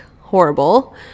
horrible